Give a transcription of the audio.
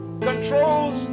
controls